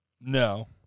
No